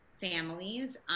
families